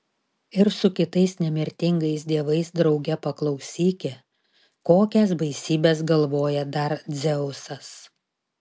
ir su kitais nemirtingais dievais drauge paklausyki kokias baisybes galvoja dar dzeusas